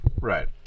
Right